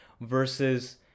versus